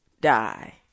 die